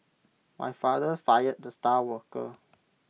my father fired the star worker